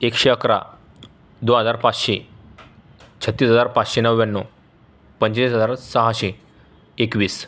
एकशे अकरा दोन हजार पाचशे छत्तीस हजार पाचशे नव्याण्णव पंचेचाळीस हजार सहाशे एकवीस